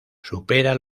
supera